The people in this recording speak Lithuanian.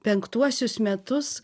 penktuosius metus